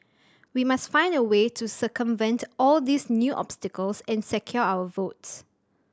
we must find a way to circumvent all these new obstacles and secure our votes